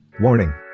Warning